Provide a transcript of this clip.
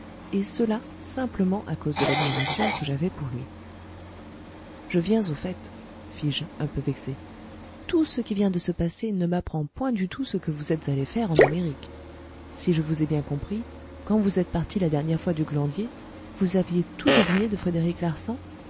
et cela simplement à cause de l'admiration que j'avais pour lui je viens au fait fis-je un peu vexé tout ce qui vient de se passer ne m'apprend point du tout ce que vous êtes allé faire en amérique si je vous ai bien compris quand vous êtes parti la dernière fois du glandier vous aviez tout deviné de frédéric larsan